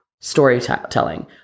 storytelling